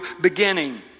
beginning